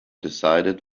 decided